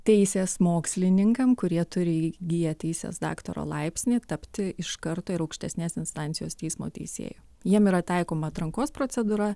teisės mokslininkam kurie turi įgiję teisės daktaro laipsnį tapti iš karto ir aukštesnės instancijos teismo teisėju jiem yra taikoma atrankos procedūra